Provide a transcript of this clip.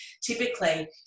typically